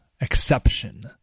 exception